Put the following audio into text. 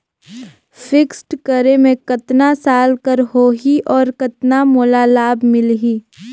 Fixed करे मे कतना साल कर हो ही और कतना मोला लाभ मिल ही?